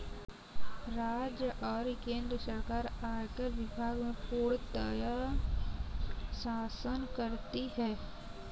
राज्य और केन्द्र सरकार आयकर विभाग में पूर्णतयः शासन करती हैं